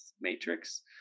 matrix